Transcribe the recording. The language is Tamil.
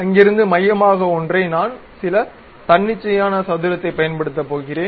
அங்கிருந்து மையமாக ஒன்றை நான் சில தன்னிச்சையான சதுரத்தைப் பயன்படுத்தப் போகிறேன்